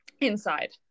inside